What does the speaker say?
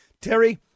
Terry